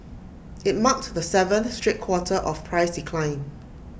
IT marked the seventh straight quarter of price decline